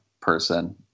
person